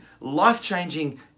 life-changing